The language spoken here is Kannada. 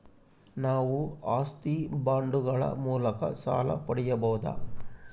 ನಾವು ಆಸ್ತಿ ಬಾಂಡುಗಳ ಮೂಲಕ ಸಾಲ ಪಡೆಯಬಹುದಾ?